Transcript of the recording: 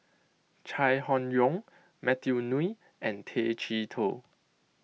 Chai Hon Yoong Matthew Ngui and Tay Chee Toh